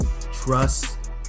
trust